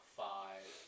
five